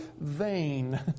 vain